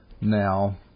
Now